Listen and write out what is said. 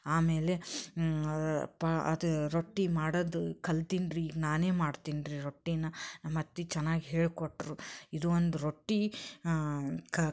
ಆಮೇಲೆ ಪಾ ಅದು ರೊಟ್ಟಿ ಮಾಡೋದು ಕಲ್ತೀನಿ ರೀ ಈಗ ನಾನೇ ಮಾಡ್ತೀನಿ ರೀ ರೊಟ್ಟಿನ ನಮ್ಮ ಅತ್ತೆ ಚೆನ್ನಾಗಿ ಹೇಳಿಕೊಟ್ರು ಇದು ಒಂದು ರೊಟ್ಟಿ ಕ